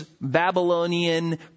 Babylonian